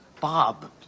bob